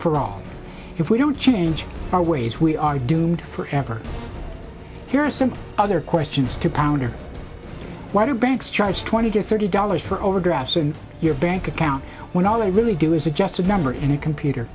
for all if we don't change our ways we are doomed forever here are some other questions to ponder why do banks charge twenty to thirty dollars for overdraft in your bank account when all they really do is suggest a number in a computer